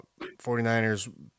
49ers